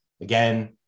Again